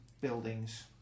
buildings